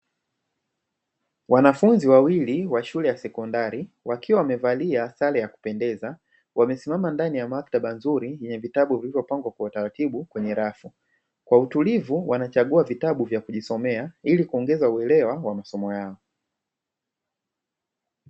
Wanafunzi wawili wa shule ya sekondari wakiwa wamevalia sare ya kupendeza, wamesimama ndani ya maktaba nzuri yenye vitabu vilivyopangwa kwa utaratibu kwenye rafu; kwa utulivu wanachagua vitabu vya kujisomea, ili kuongeza uelewa wa masomo yao.